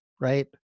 Right